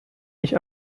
ich